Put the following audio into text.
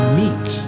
meek